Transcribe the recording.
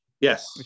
Yes